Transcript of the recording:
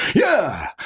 yeah!